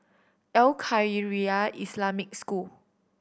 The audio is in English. Al Khairiah Islamic School